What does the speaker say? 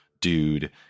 Dude